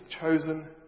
chosen